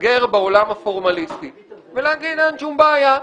להסתגר בעולם הפורמליסטי ולהגיד: אין שום בעיה,